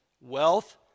Wealth